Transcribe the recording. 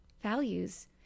values